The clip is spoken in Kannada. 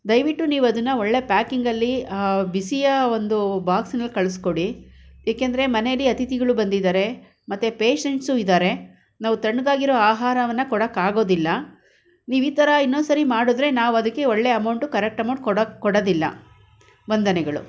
ದಯವಿಟ್ಟು ನೀವು ಅದನ್ನು ಒಳ್ಳೆ ಪ್ಯಾಕಿಂಗಲ್ಲಿ ಬಿಸಿಯ ಒಂದು ಬಾಕ್ಸ್ನಲ್ಲಿ ಕಳ್ಸಿಕೊಡಿ ಏಕೆಂದರೆ ಮನೇಲಿ ಅತಿಥಿಗಳು ಬಂದಿದ್ದಾರೆ ಮತ್ತು ಪೇಶೆಂಟ್ಸೂ ಇದ್ದಾರೆ ನಾವು ತಣ್ಣಗಾಗಿರೋ ಆಹಾರವನ್ನು ಕೊಡಕ್ಕಾಗೋದಿಲ್ಲ ನೀವೀಥರ ಇನ್ನೊಂದು ಸಾರಿ ಮಾಡಿದ್ರೆ ನಾವು ಅದಕ್ಕೆ ಒಳ್ಳೆ ಅಮೌಂಟು ಕರೆಕ್ಟ್ ಅಮೌಂಟ್ ಕೊಡಕ್ಕೆ ಕೊಡೊದಿಲ್ಲ ವಂದನೆಗಳು